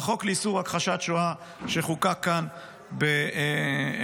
על החוק לאיסור הכחשת שואה שחוקק כאן ב-1986.